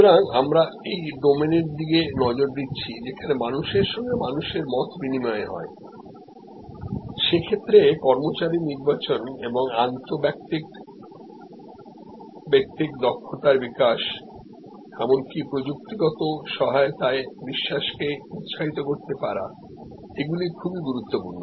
সুতরাং আমরা এই ডোমেন এর দিকে নজর দিচ্ছি যেখানে মানুষের সঙ্গে মানুষের মত বিনিময় হয়সে ক্ষেত্রে কর্মচারী নির্বাচন এবং আন্তঃব্যক্তিক দক্ষতার বিকাশ এমনকি প্রযুক্তিগত সহায়তায় বিশ্বাস কে উৎসাহিত করতে পারা এইগুলি খুবই গুরুত্বপূর্ণ